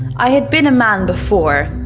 i had been a man before,